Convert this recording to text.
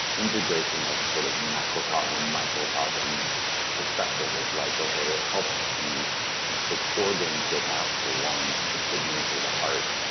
integration of the sort of macrocosm, microcosm perspective of, like okay, it helps the specific organ to adapt. the lungs, or and the kidneys, or the heart.